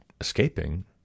escaping